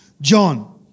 John